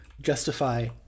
justify